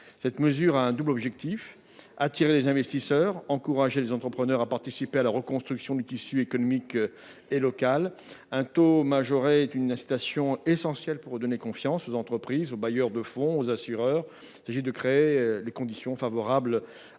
Cette mesure a un double objectif : attirer les investisseurs et encourager les entrepreneurs à participer à la reconstruction du tissu économique local. Un taux majoré de réduction d’impôt est une incitation essentielle pour donner confiance aux entreprises, aux bailleurs de fonds, aux assureurs. Il s’agit de créer ainsi les conditions favorables